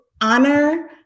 honor